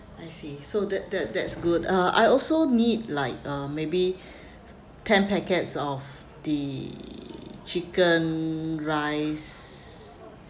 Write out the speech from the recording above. I see so that that that's good uh I also need like uh maybe ten packets of the chicken rice